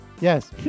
Yes